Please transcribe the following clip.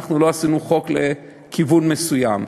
אנחנו לא עשינו חוק לכיוון מסוים.